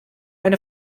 eine